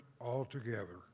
altogether